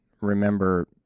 remember